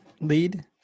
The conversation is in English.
lead